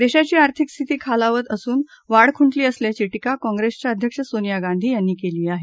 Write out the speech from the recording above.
देशाची आर्थिक स्थिती खालावत असून वाढ खुटंली असल्याची टीका काँग्रेसच्या अध्यक्ष सोनिया गांधी यांनी केली आहे